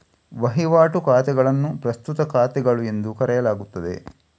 ವಹಿವಾಟು ಖಾತೆಗಳನ್ನು ಪ್ರಸ್ತುತ ಖಾತೆಗಳು ಎಂದು ಕರೆಯಲಾಗುತ್ತದೆ